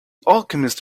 alchemist